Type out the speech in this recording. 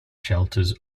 shelters